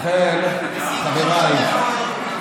(חבר הכנסת יצחק פינדרוס יוצא מאולם המליאה.)